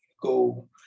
go